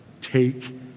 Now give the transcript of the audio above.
Take